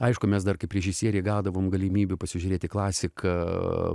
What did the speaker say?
aišku mes dar kaip režisieriai gaudavom galimybių pasižiūrėti klasiką